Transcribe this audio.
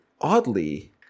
Oddly